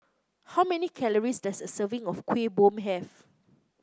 how many calories does a serving of Kuih Bom have